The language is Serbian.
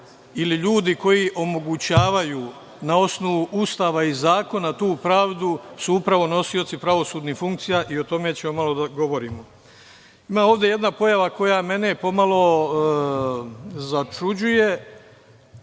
ili ljudi koji omogućavaju tu pravdu na osnovu Ustava i Zakona su upravo nosioci pravosudnih funkcija, i o tome ćemo malo da govorimo. Ima ovde jedna pojava koja mene pomalo začuđuje,